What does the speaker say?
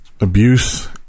abuse